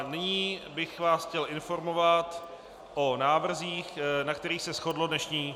Nyní bych vás chtěl informovat o návrzích, na kterých se shodlo dnešní grémium.